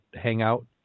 hangout